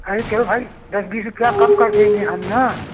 अरे चल भाई दस बीस रुपया कम कर देंगे हम ना